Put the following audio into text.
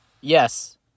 yes